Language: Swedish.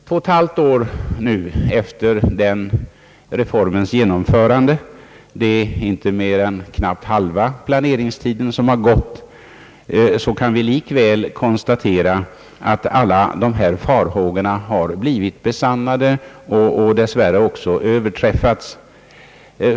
Två och ett halvt år efter den reformens genomförande — det är inte mer än knappt halva planeringstiden som gått — kan vi likväl konstatera att alla farhågorna blivit besannade, och dessvärre även överträffats.